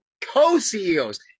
co-ceos